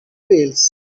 wheels